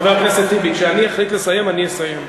חבר הכנסת טיבי, כשאני אחליט לסיים אני אסיים.